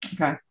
Okay